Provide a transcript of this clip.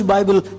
Bible